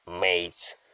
mates